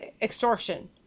Extortion